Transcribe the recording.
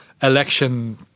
election